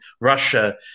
Russia